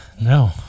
No